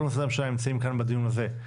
כל משרדי הממשלה נמצאים כאן בדיון הזה,